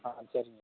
ஆ சரிங்கய்யா